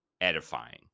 edifying